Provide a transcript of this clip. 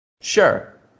Sure